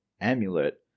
amulet